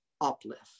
uplift